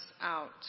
out